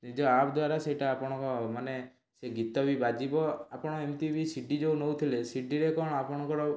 ଏଇ ଯେଉଁ ଆପ୍ ଦ୍ଵାରା ସେଇଟା ଆପଣଙ୍କର ମାନେ ସେ ଗୀତ ବି ବାଜିବ ଆପଣ ଏମିତି ବି ସି ଡ଼ି ଯେଉଁ ନେଉଥିଲେ ସିଡ଼ିରେ କ'ଣ ଆପଣଙ୍କର